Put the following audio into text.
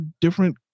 different